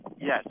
yes